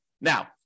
Now